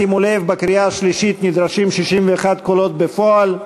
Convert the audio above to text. שימו לב, בקריאה השלישית נדרשים 61 קולות בפועל.